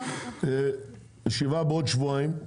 הישיבה בעוד שבועיים,